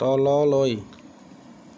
তললৈ